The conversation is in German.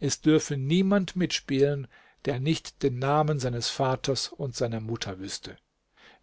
es dürfe niemand mitspielen der nicht den namen seines vaters und seiner mutter wüßte